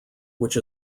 which